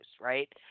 right